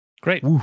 great